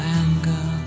anger